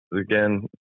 again